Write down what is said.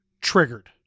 triggered